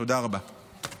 תודה רבה.